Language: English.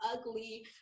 ugly